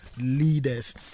leaders